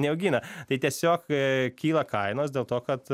neaugina tai tiesiog kyla kainos dėl to kad